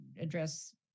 address